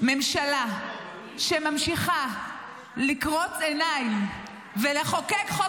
ממשלה שממשיכה לקרוץ עיניים ולחוקק חוק